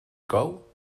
cou